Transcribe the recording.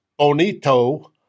Onito